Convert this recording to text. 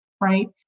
right